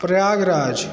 Prayagraj